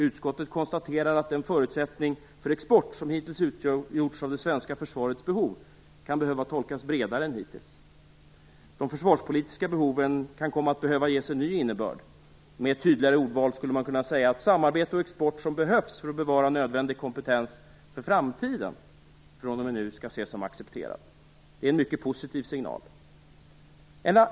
Utskottet konstaterar att den förutsättning för export som hittills utgjorts av det svenska försvarets behov kan behöva tolkas bredare än hittills. De försvarspolitiska behoven kan komma att behöva ges en ny innebörd. Med tydligare ordval skulle man kunna säga att samarbete och export som behövs för att bevara nödvändig kompetens för framtiden fr.o.m. nu skall ses som accepterad. Det är en mycket positiv signal.